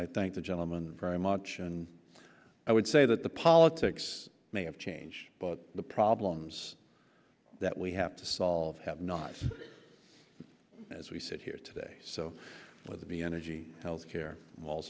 i thank the gentleman very much and i would say that the politics may have changed but the problems that we have to solve have nots as we sit here today so whether the energy health care wall